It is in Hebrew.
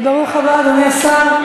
וברוך הבא, אדוני השר.